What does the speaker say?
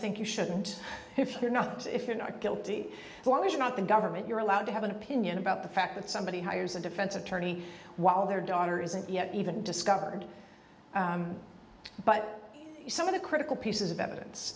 think you shouldn't if you're not if you're not guilty why would you not the government you're allowed to have an opinion about the fact that somebody hires a defense attorney while their daughter isn't yet even discovered but some of the critical pieces of evidence